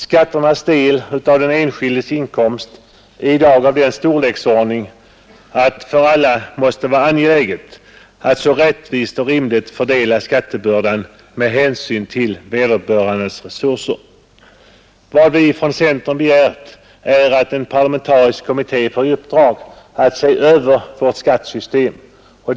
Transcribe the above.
Skatternas del av den enskildes inkomst är i dag av den storleksordning att det för alla måste vara angeläget att rättvist och rimligt fördela skattebördan med hänsyn till vederbörandes resurser. Vad vi från centern begärt är att en parlamentarisk kommitté får i uppdrag att se över vårt skattesystem.